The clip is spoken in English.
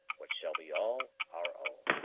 which shall be all our own.